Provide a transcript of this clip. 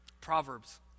Proverbs